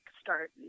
start